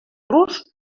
los